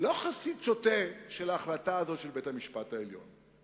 לא חסיד שוטה של ההחלטה הזאת של בית-המשפט העליון.